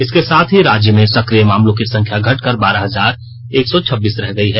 इसके साथ ही राज्य में सक्रिय मामलों की संख्या घटकर बारह हजार एक सौ छब्बीस रहे गई है